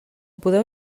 podeu